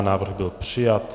Návrh byl přijat.